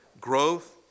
growth